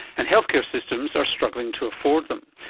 and healthcare systems are struggling to afford them.